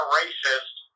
racist